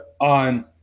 on